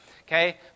okay